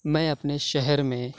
میں اپنے شہر میں